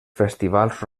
festivals